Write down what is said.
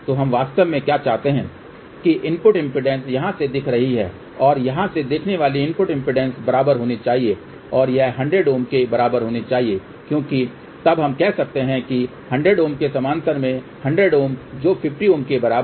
तो हम वास्तव में क्या चाहते हैं कि इनपुट इम्पीडेन्स यहाँ से दिख रही है और यहाँ से देखने वाली इनपुट इम्पीडेन्स बराबर होनी चाहिए और यह 100 Ω के बराबर होनी चाहिए क्योंकि तब हम कह सकते हैं कि 100 Ω के समानांतर में 100 Ω जो 50 Ω के बराबर हैं